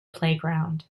playground